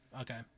Okay